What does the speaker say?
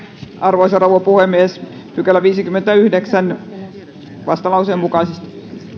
arvoisa rouva puhemies teen esityksen viidenteenkymmenenteenyhdeksänteen pykälään vastalauseen mukaisesti